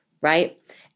right